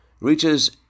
reaches